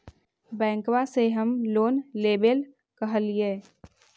बैंकवा से हम लोन लेवेल कहलिऐ?